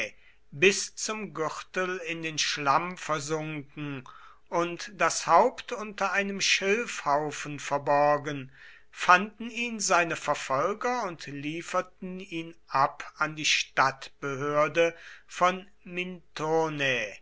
bis zum gürtel in den schlamm versunken und das haupt unter einem schilfhaufen verborgen fanden ihn seine verfolger und lieferten ihn ab an die stadtbehörde von